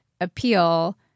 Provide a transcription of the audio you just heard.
appeal